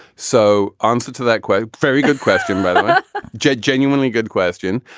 so answer to that quote. very good question. but just genuinely good question.